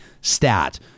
stat